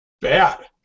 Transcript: Bad